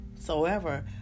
Soever